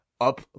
up